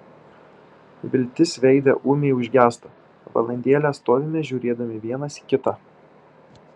viltis veide ūmiai užgęsta valandėlę stovime žiūrėdami vienas į kitą